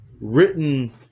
written